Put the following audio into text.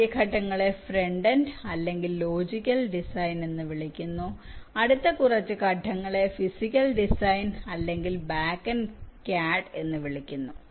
ആദ്യ ഘട്ടങ്ങളെ front end CAD അല്ലെങ്കിൽ ലോജിക്കൽ ഡിസൈൻ എന്ന് വിളിക്കുന്നു അടുത്ത കുറച്ച് ഘട്ടങ്ങളെ ഫിസിക്കൽ ഡിസൈൻ അല്ലെങ്കിൽ ബാക്ക് എൻഡ് CAD എന്ന് വിളിക്കുന്നു